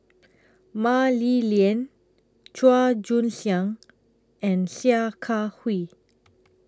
Mah Li Lian Chua Joon Siang and Sia Kah Hui